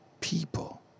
people